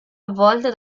avvolto